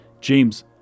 James